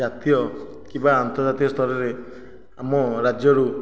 ଜାତୀୟ କିମ୍ବା ଅନ୍ତର୍ଜାତୀୟ ସ୍ତରରେ ଆମ ରାଜ୍ୟରୁ